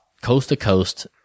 coast-to-coast